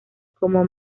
como